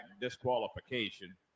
disqualification